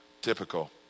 Typical